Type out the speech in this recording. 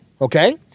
Okay